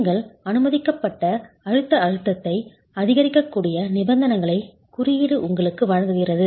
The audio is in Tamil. நீங்கள் அனுமதிக்கப்பட்ட அழுத்த அழுத்தத்தை அதிகரிக்கக்கூடிய நிபந்தனைகளை குறியீடு உங்களுக்கு வழங்குகிறது